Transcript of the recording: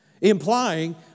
implying